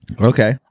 okay